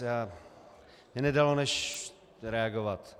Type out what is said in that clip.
Mně nedalo než reagovat.